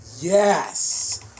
Yes